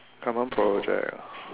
government project ah